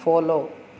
follow